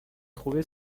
trouver